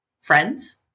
friends